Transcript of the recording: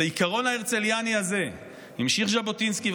את העיקרון ההרצלייני הזה המשיך ז'בוטינסקי,